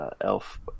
elf